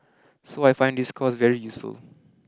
so I find this course very useful